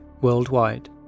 worldwide